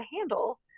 handle